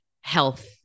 health